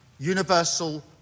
Universal